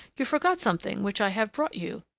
you forgot something which i have brought you.